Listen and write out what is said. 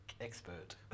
expert